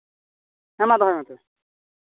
ᱦᱮᱸ ᱢᱟ ᱫᱚᱦᱚᱭ ᱢᱮ ᱛᱚᱵᱮ